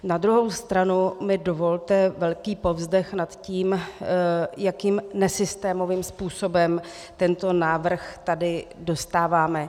Na druhou stranu mi dovolte velký povzdech nad tím, jakým nesystémovým způsobem tento návrh tady dostáváme.